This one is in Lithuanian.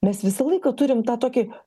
mes visą laiką turim tą tokį